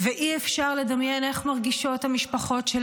ואי-אפשר לדמיין איך מרגישות המשפחות של